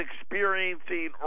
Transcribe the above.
experiencing